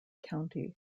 county